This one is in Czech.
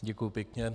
Děkuji pěkně.